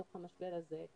בתוך המשבר הזה,